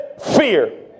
fear